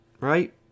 right